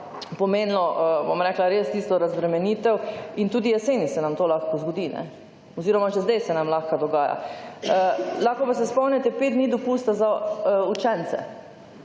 pomenilo, bom rekla, res tisto razbremenitev. In tudi jeseni se nam to lahko zgodi oziroma že zdaj se nam lahko dogaja. Lahko pa se spomnite 5 dni dopusta za učence.